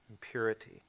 purity